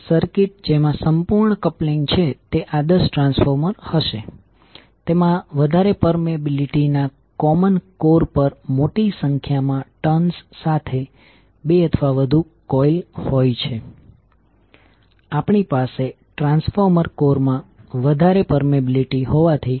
તેથી જો કરંટ અહીં મ્યુચ્યુઅલ ઇન્ડક્ટન્સ માં દાખલ થઈ રહ્યો છે તો તેને ટર્મિનલની ડોટેડ બાજુ પર પોઝિટિવ પોલેરિટી હશે